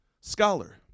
scholar